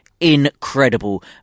incredible